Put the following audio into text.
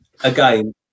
again